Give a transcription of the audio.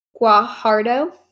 Guajardo